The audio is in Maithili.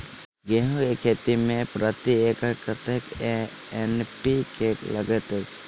गेंहूँ केँ खेती मे प्रति एकड़ कतेक एन.पी.के लागैत अछि?